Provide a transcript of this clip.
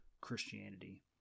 Christianity